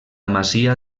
masia